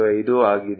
75 ಆಗಿದೆ